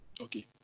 Okay